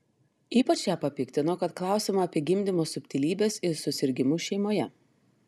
ypač ją papiktino kad klausiama apie gimdymo subtilybes ir susirgimus šeimoje